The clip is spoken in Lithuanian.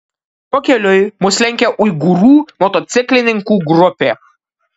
pakeliui mus lenkė uigūrų motociklininkų grupė